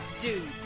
dude